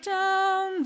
down